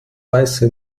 weise